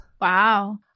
Wow